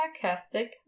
sarcastic